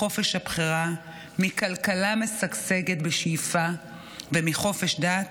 מחופש הבחירה, מכלכלה משגשגת בשאיפה ומחופש דת,